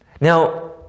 Now